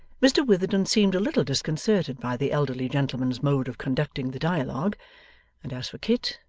mr witherden seemed a little disconcerted by the elderly gentleman's mode of conducting the dialogue and as for kit,